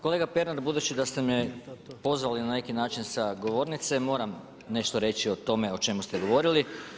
Kolega Pernar, budući da ste me pozvali na neki način sa govornice moram nešto reći o tome o čemu ste govorili.